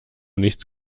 nichts